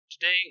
Today